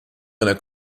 einer